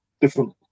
different